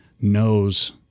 knows